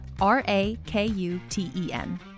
R-A-K-U-T-E-N